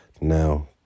now